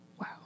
Wow